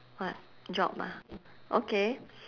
what job ah okay